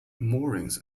moorings